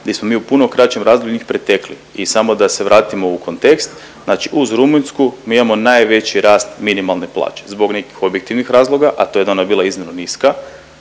gdje smo mi u puno kraćem razdoblju mi pretekli. I samo da se vratimo u kontekst, znači uz Rumunjsku mi imamo najveći rast minimalne plaće zbog nekih objektivnih razloga, a to je da je ona bila iznimno niska,